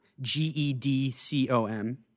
G-E-D-C-O-M